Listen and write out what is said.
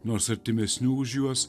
nors artimesnių už juos